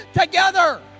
together